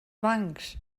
bancs